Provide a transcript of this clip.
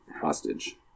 hostage